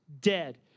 dead